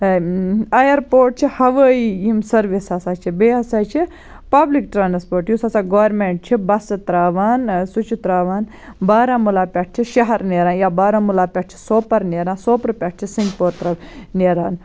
air پوٹ چھِ ہَوٲیی یِم سروِس ہَسا چھِ بییٚہِ ہَسا چھِ پَبلِک ٹرانسپوٹ یُس ہَسا گورمنٹ چھُ بَسہٕ تراوان سُہ چھُ تراوان بارامُلا پیٹھٕ شَہَر نیران یا بارامُلا پیٹھٕ چھِ سوپور نیران سوپرٕ پیٚٹھٕ چھِ سِنٛگپور نیران